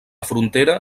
frontera